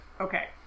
okay